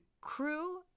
crew